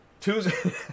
Tuesday